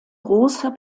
großer